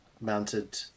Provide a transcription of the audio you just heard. mounted